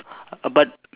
but